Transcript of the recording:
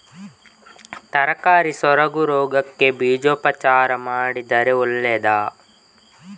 ತರಕಾರಿ ಸೊರಗು ರೋಗಕ್ಕೆ ಬೀಜೋಪಚಾರ ಮಾಡಿದ್ರೆ ಒಳ್ಳೆದಾ?